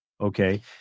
Okay